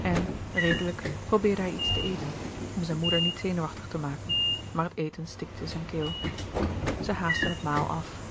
en redelijk probeerde hij iets te eten om zijn moeder niet zenuwachtig te maken maar het eten stikte zijn keel zij haastten het maal af